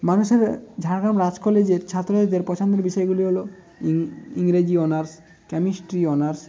মানুষের ঝাড়গ্রাম রাজ কলেজের ছাত্রদের পছন্দের বিষয়গুলি হলো ইং ইংরেজি অনার্স কেমিস্ট্রি অনার্স